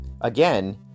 again